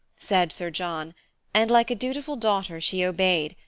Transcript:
said sir john and like a dutiful daughter she obeyed,